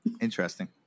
Interesting